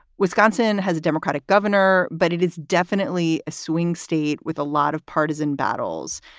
wisconsin has a democratic governor, but it is definitely a swing state with a lot of partisan battles.